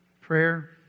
Prayer